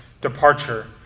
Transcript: departure